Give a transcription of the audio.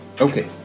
Okay